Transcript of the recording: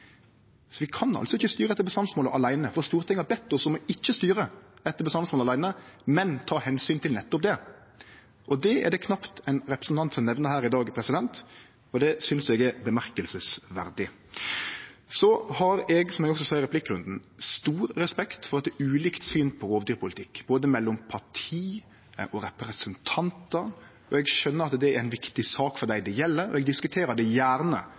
Så har eg, som eg også sa i replikkrunden, stor respekt for at det er ulikt syn på rovdyrpolitikk, både mellom parti og representantar, og eg skjøner at det er ei viktig sak for dei det gjeld. Eg diskuterer det gjerne